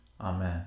Amen